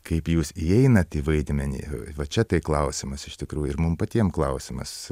kaip jūs įeinat į vaidmenį va čia tai klausimas iš tikrųjų ir mum patiem klausimas